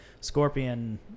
scorpion